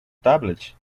tablet